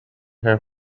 her